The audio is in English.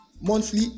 Monthly